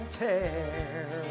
tear